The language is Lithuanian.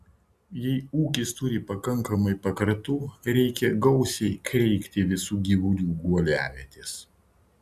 jei ūkis turi pakankamai pakratų reikia gausiai kreikti visų gyvulių guoliavietes